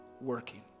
working